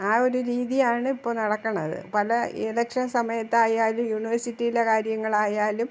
ആ ഒരു രീതിയാണ് ഇപ്പോള് നടക്കുന്നത് പല ഇലക്ഷൻ സമയത്തായാലും യൂണിവേഴ്സിറ്റിയിലെ കാര്യങ്ങളായാലും